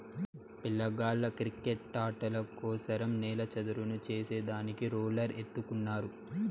పిల్లగాళ్ళ కిరికెట్టాటల కోసరం నేల చదును చేసే దానికి రోలర్ ఎత్తుకున్నారు